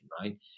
right